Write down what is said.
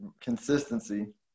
Consistency